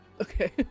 Okay